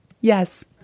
Yes